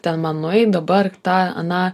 ten man nueit dabar tą aną